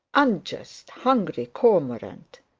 unjust, hungry cormorant!